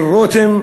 של רותם.